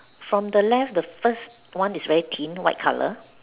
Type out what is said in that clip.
from the left the first one is very thin white colour